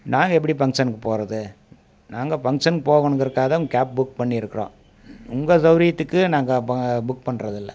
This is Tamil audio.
நாங்கள் எப்படி ஃபங்க்ஷனுக்கு போகிறது நாங்கள் ஃபங்க்ஷன் போகணுங்கிறதுக்காக தான் கேப் புக் பண்ணிருக்கிறோம் உங்க சௌகரியத்துக்கு நாங்கள் புக் பண்ணுறதில்ல